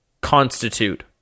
constitute